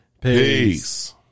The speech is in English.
Peace